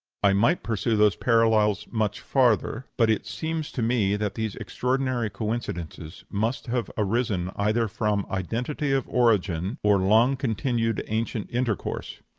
i might pursue those parallels much farther but it seems to me that these extraordinary coincidences must have arisen either from identity of origin or long-continued ancient intercourse.